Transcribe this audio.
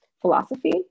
philosophy